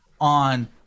On